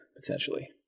potentially